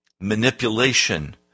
manipulation